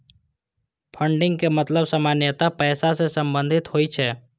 funding के मतलब सामान्यतः पैसा सं संबंधित होइ छै